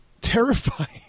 terrifying